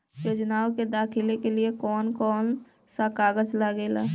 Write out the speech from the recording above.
योजनाओ के दाखिले के लिए कौउन कौउन सा कागज लगेला?